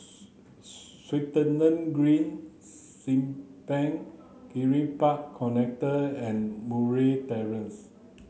Swettenham Green Simpang Kiri Park Connector and Murray Terrace